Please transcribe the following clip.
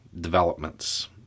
developments